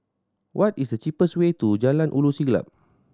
what is the cheapest way to Jalan Ulu Siglap